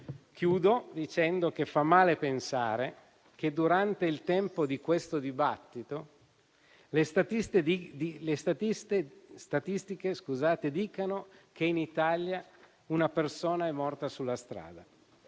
dicendo che fa male pensare che durante il tempo di questo dibattito, secondo le statistiche, in Italia una persona è morta sulla strada.